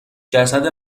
جسد